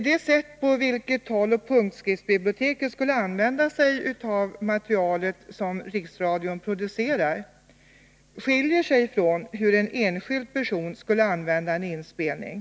Det sätt på vilket taloch punktskriftsbiblioteket skulle använda sig av det material som Riksradion publicerar skiljer sig från hur en enskild person skulle använda en inspelning.